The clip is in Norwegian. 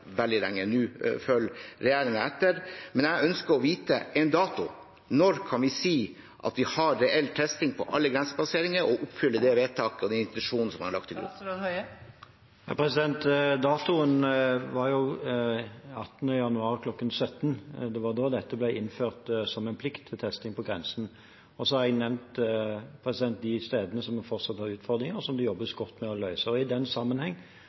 veldig lenge. Nå følger regjeringen etter. Men jeg ønsker å vite en dato: Når kan vi si at vi har reell testing på alle grensepasseringer og oppfyller det vedtaket og de intensjonene man har lagt til grunn? Datoen var jo 18. januar kl. 17.00. Det var da testing på grensen ble innført som en plikt. Og så har jeg nevnt de stedene der vi fortsatt har utfordringer, og som det jobbes godt med å løse. I den sammenheng